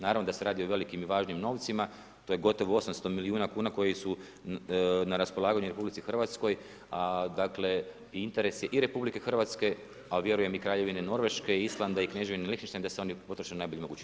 Naravno da se radi o velikim i važnim novcima, to je gotovo 800 milijuna kn, koji su na raspolaganju RH, a dakle, interes je i RH, a vjerujem i Kraljevine Norveške, Islanda, Kneževine Lihtenštajna da se oni potroše na najbolji mogući način.